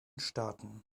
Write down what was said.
staaten